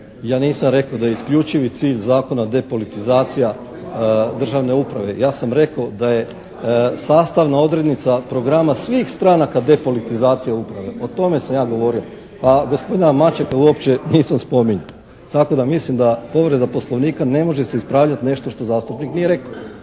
Ja nisam rekao da je isključivi cilj zakona depolitizacija državne uprave. Ja sam rekao da je sastavna odrednica programa svih stranaka depolitizacija uprave, o tome sam ja govorio. A gospodina Mačeka uopće nisam spominjao. Tako da mislim da povreda Poslovnika, ne može se ispravljati nešto što zastupnik nije rekao.